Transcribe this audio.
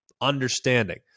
understanding